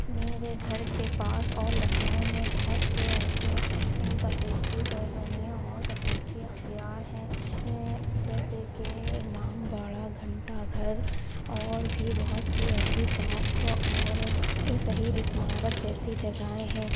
میرے گھر کے پاس اور لکھنؤ میں بہت سے ایسے تفریحی سرگرمیاں اور تفریحی اختیار ہیں جیسے کہ امام باڑہ گھنٹہ گھر اور بھی بہت سی ایسی پارک اور شہید اسمارک جیسی جگہیں ہیں